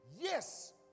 Yes